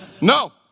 No